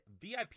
VIP